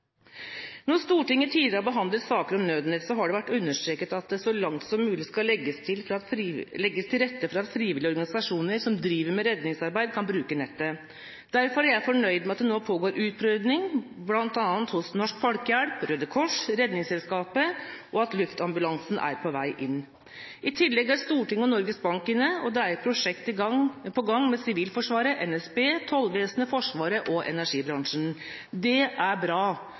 Når Stortinget tidligere har behandlet saker om Nødnett, har det vært understreket at det så langt som mulig skal legges til rette for at frivillige organisasjoner som driver med redningsarbeid, kan bruke nettet. Derfor er jeg fornøyd med at det nå pågår utprøving hos bl.a. Norsk Folkehjelp, Røde Kors og Redningsselskapet, og at Luftambulansen er på vei inn. I tillegg er Stortinget og Norges Bank inne, og det er prosjekter på gang med Sivilforsvaret, NSB, Tollvesenet, Forsvaret og energibransjen. Det er bra,